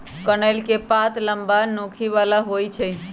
कनइल के पात लम्मा, नोखी बला होइ छइ